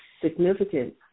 significant